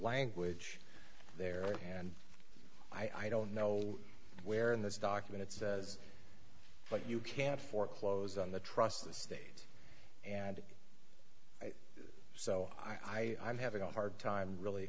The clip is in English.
language there and i don't know where in this document it says but you can't foreclose on the trust estate and so i i'm having a hard time really